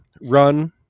run